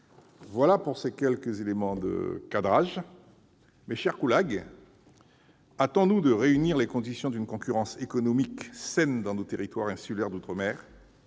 Voilà pour ces quelques éléments de cadrage. Mes chers collègues, hâtons-nous de réunir les conditions d'une concurrence économique saine dans nos territoires insulaires d'outre-mer.